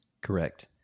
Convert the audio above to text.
correct